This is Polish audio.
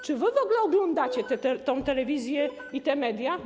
Czy wy w ogóle oglądacie tę telewizję i te media?